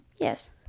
Yes